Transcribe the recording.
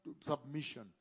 submission